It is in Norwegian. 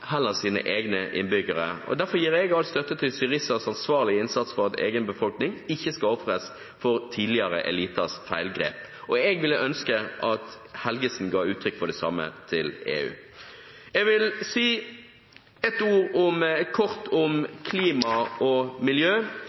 egne innbyggere. Derfor gir jeg all støtte til Syriza for en ansvarlig innsats for at egen befolkning ikke skal ofres for tidligere eliters feilgrep. Jeg ville ønsket at statsråd Helgesen ga uttrykk for det samme til EU. Jeg vil kort si noe om klima og miljø.